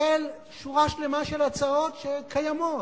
של שורה שלמה של הצעות שקיימות,